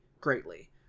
greatly